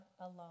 alone